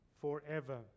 forever